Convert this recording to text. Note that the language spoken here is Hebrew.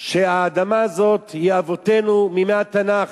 שהאדמה הזאת היא לאבותינו מימי התנ"ך.